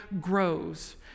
grows